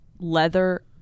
leather